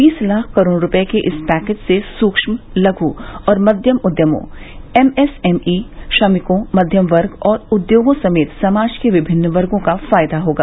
बीस लाख करोड़ रुपए के इस पैकेज से सूक्ष्म लघ् और मध्यम उद्यमों एमएसएमई श्रमिकों मध्यम वर्ग और उद्योगों समेत समाज के विभिन्न वर्गों को फायदा होगा